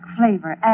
flavor